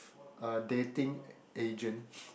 a dating agent